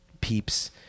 peeps